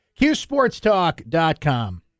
QSportsTalk.com